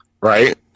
Right